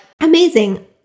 amazing